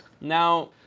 Now